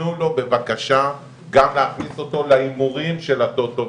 תנו לו בבקשה גם להכניס אותו להימורים של הטוטו,